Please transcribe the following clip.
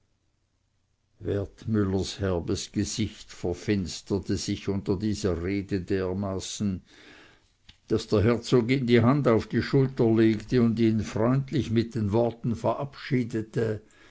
wertmüllers herbes gesicht verfinsterte sich unter dieser rede dermaßen daß der herzog ihm die hand auf die schulter legte und ihn freundlich mit den worten verabschiedete